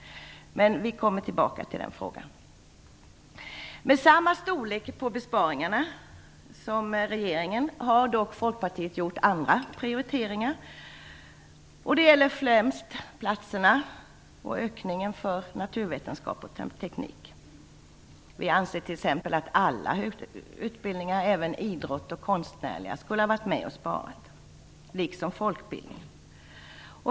Men vi kommer tillbaka till den frågan. Folkpartiets besparingar har samma storlek som regeringens, men Folkpartiet har gjort andra prioriteringar. Det gäller främst ökningen av platserna för naturvetenskap och teknik. Vi anser t.ex. att alla utbildningar, även idrottsliga och konstnärliga liksom även folkbildningen, skulle ha varit med om att göra besparingar.